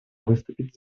выступить